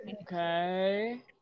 Okay